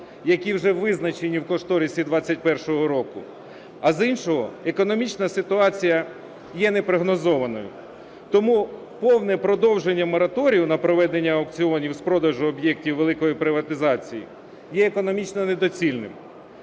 які вже визначені в кошторисі 21-го року, а з іншого, економічна ситуація є непрогнозованою. Тому повне продовження мораторію на проведення аукціонів з продажу об'єктів великої приватизації є економічно недоцільним.